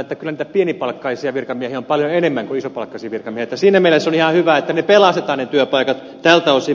että kyllä niitä pienipalkkaisia virkamiehiä on paljon enemmän kuin isopalkkaisia virkamiehiä että siinä mielessä on ihan hyvä että ne työpaikat pelastetaan tältä osin